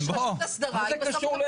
יש רשות הסדרה, היא בסוף תקבל החלטה.